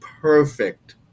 perfect